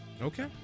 Okay